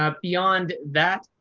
ah beyond that,